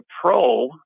pro